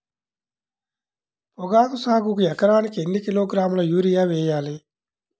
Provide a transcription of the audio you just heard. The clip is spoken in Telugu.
పొగాకు సాగుకు ఎకరానికి ఎన్ని కిలోగ్రాముల యూరియా వేయాలి?